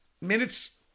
minutes